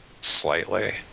Slightly